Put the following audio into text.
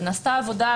נעשתה עבודה,